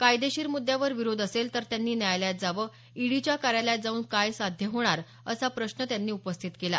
कायदेशीर मुद्यावर विरोध असेल तर त्यांनी न्यायालयात जावं ईडीच्या कार्यालयात जाऊन काय साध्य होणार असा प्रश्न त्यांनी उपस्थित केला